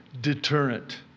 deterrent